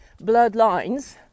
Bloodlines